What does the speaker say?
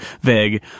vague